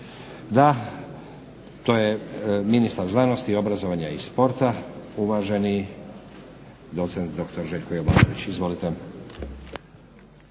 Da. To je ministar znanosti, obrazovanja i sporta uvaženi doc.dr. Željko Jovanović. Izvolite.